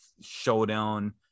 showdown